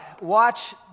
watch